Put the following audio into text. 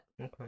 okay